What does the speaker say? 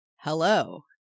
Hello